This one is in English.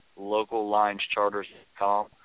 locallinescharters.com